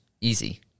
easy